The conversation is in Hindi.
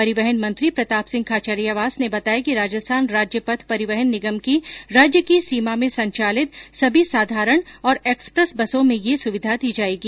परिवहन मंत्री प्रताप सिंह खाचरियावास ने बताया कि राजस्थान राज्य पथ परिवहन निगम की राज्य की सीमा में संचालित सभी साधारण और एक्सप्रेस बसों में ये सुविधा दी जायेगी